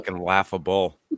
laughable